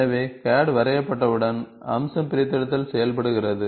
எனவே CAD வரையப்பட்டவுடன் அம்சம் பிரித்தெடுத்தல் செய்யப்படுகிறது